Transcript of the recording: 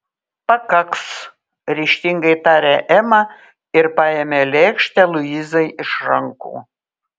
pakaks ryžtingai tarė ema ir paėmė lėkštę luizai iš rankų